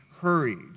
hurried